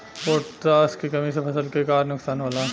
Potash के कमी से फसल के का नुकसान होला?